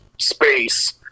space